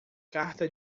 carta